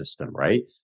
right